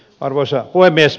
arvoisa puhemies